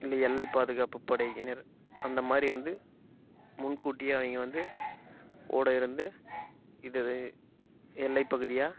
இல்லை எல்லை பாதுகாப்பு படையினர் அந்த மாதிரி வந்து முன்கூட்டியே அவங்க வந்து கூட இருந்து இது இது எல்லை பகுதியாக